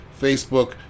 Facebook